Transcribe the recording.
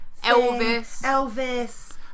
Elvis